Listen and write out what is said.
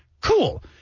cool